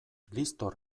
liztor